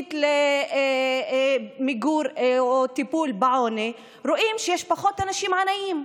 בתוכנית למיגור העוני או לטיפול בו רואים שיש פחות אנשים עניים.